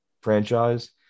franchise